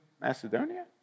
Macedonia